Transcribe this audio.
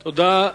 תודה.